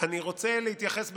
אני רוצה להתייחס בקצרה,